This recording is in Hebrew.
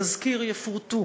בתזכיר יפורטו